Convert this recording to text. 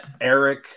Eric